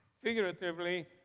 figuratively